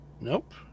Nope